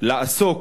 לעסוק